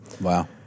wow